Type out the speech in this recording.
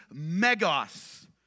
megos